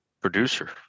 producer